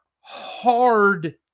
hard